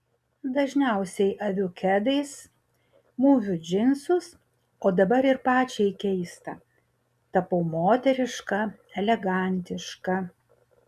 dažniausiai aviu kedais mūviu džinsus o dabar ir pačiai keista tapau moteriška elegantiška